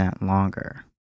longer